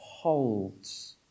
holds